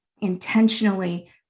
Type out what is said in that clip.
intentionally